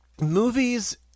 movies